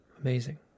amazing